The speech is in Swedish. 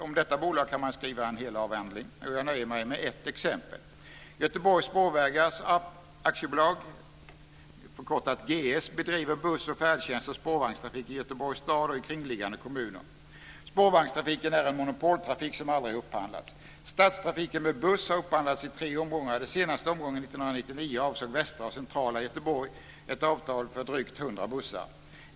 Om detta bolag kan man skriva en hel avhandling. Jag nöjer mig med ett exempel. Göteborgs Spårvägar AB, förkortat GS, bedriver buss-, färdtjänstoch spårvagnstrafik i Göteborgs stad och i kringliggande kommuner. Spårvagnstrafiken är en monopoltrafik som aldrig har upphandlats. Stadstrafiken med buss har upphandlats i tre omgångar. Den senaste omgången 1999 avsåg västra och centrala Göteborg, ett avtal för drygt 100 bussar.